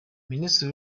ministre